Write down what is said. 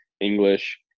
English